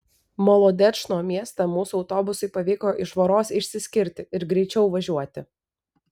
molodečno mieste mūsų autobusui pavyko iš voros išsiskirti ir greičiau važiuoti